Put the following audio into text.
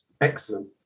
Excellent